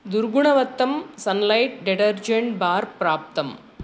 दुर्गुणवत्तं Sunlight detergent bar प्राप्तम्